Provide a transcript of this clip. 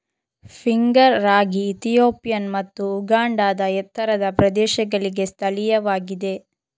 finger ರಾಗಿ Ethiopian ಮತ್ತು ಉಗಾಂಡಾದ ಎತ್ತರದ ಪ್ರದೇಶಗಳಿಗೆ ಸ್ಥಳೀಯವಾಗಿದೆ